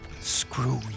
Screw